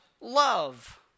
love